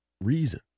reason